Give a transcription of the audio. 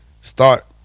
start